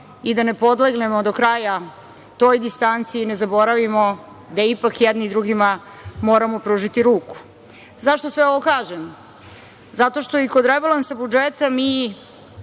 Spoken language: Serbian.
i da ne podlegnemo do kraja toj distanci i ne zaboravimo da ipak jedni drugima moramo pružiti ruku.Zašto sve ovo kažem? Zato što i kod rebalansa budžeta mi